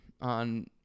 on –